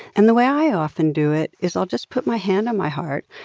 and the way i often do it is i'll just put my hand on my heart,